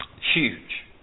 Huge